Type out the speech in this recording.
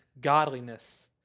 godliness